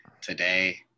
today